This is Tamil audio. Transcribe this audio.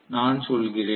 நான் சொல்கிறேன்